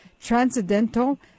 transcendental